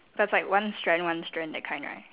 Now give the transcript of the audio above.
but it's like one strand one strand that kind right